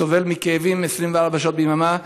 וסובל מכאבים 24 שעות ביממה.